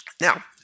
Now